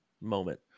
moment